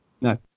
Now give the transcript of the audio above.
No